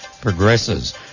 progresses